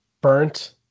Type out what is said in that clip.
burnt